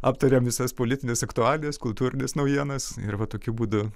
aptariam visas politines aktualijas kultūrines naujienas ir va tokiu būdu